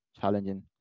challenging